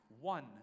one